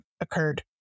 occurred